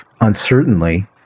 uncertainly